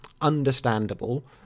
understandable